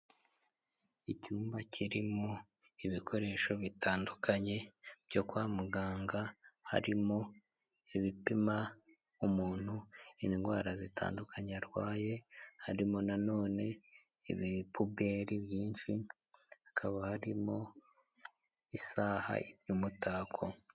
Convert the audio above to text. Icyumba kirimo ibikoresho bitandukanye byo kwa muganga harimo ibipima umuntu indwara zitandukanye arwaye harimo nanone ibipuberi byinshi hakaba harimo isaha y'umutako.